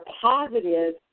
positive